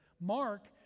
Mark